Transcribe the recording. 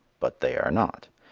but they are not.